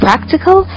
practical